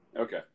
Okay